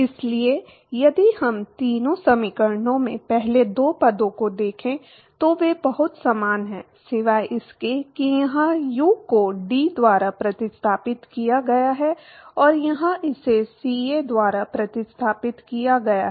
इसलिए यदि हम तीनों समीकरणों में पहले दो पदों को देखें तो वे बहुत समान हैं सिवाय इसके कि यहाँ u को T द्वारा प्रतिस्थापित किया गया है और यहाँ इसे CA द्वारा प्रतिस्थापित किया गया है